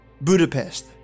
Budapest